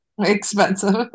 expensive